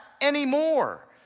anymore